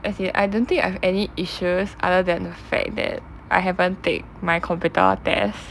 as in I don't think I've any issues other than the fact that I haven't take my computer test